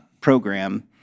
program